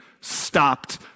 stopped